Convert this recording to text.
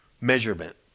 measurement